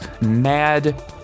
mad